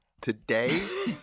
today